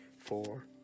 four